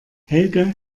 helge